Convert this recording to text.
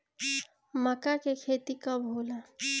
माका के खेती कब होला?